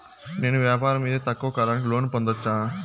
నేను వ్యాపారం మీద తక్కువ కాలానికి లోను పొందొచ్చా?